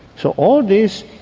so all this,